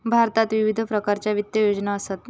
भारतात विविध प्रकारच्या वित्त योजना असत